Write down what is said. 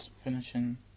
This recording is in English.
finishing